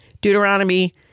Deuteronomy